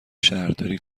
شهرداری